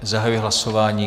Zahajuji hlasování.